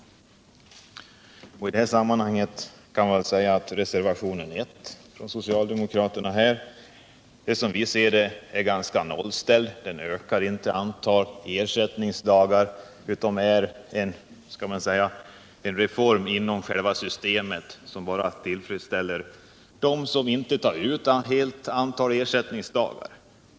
Reservationen 1 av socialdemokraterna är som vi ser det ganska nollställd. Den ökar inte antalet ersättningsdagar. Det är snarare en reform inom själva systemet, som bara gynnar dem som inte tar ut hela antalet ersättningsdagar.